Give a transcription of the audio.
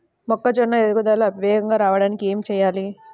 మొక్కజోన్న ఎదుగుదల వేగంగా రావడానికి ఏమి చెయ్యాలి?